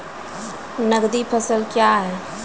नगदी फसल क्या हैं?